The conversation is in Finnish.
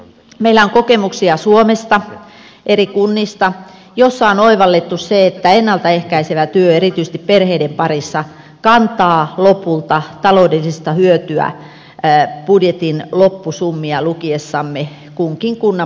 meillä on kokemuksia suomesta eri kunnista joissa on oivallettu se että ennalta ehkäisevä työ erityisesti perheiden parissa kantaa lopulta taloudellista hyötyä budjetin loppusummia lukiessamme kunkin kunnan budjetista